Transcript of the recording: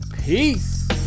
Peace